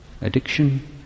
addiction